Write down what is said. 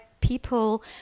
people